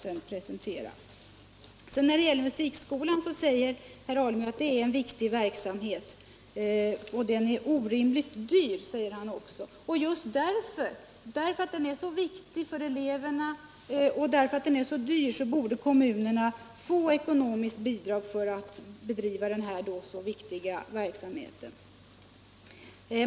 Herr Alemyr säger att musikskolan driver en viktig verksamhet men att den är orimligt dyr. Just därför att den är så viktig för eleverna och därför att den är så dyr borde kommunerna få ekonomiskt bidrag för att bedriva denna verksamhet.